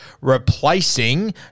replacing